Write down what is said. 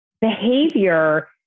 behavior